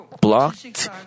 blocked